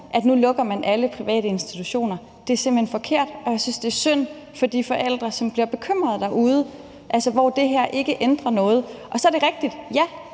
at nu lukkes alle private institutioner, er simpelt hen forkert, og jeg synes, det er synd for de forældre, som bliver bekymrede derude – altså, hvor det her ikke ændrer noget. Så er det rigtigt, at